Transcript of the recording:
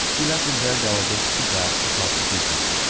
elected their delegates to draft a constitution.